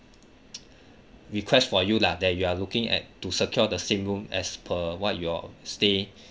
request for you lah that you are looking at to secure the same room as per what your stay